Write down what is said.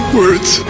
words